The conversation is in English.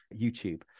YouTube